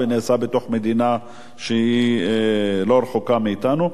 ונעשה בתוך מדינה שהיא לא רחוקה מאתנו.